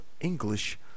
English